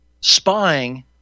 spying